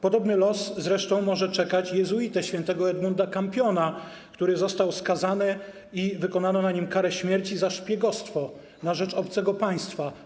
Podobny los może zresztą czekać jezuitę św. Edmunda Campiona, który został skazany i wykonano na nim karę śmierci za szpiegostwo na rzecz obcego państwa.